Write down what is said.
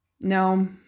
No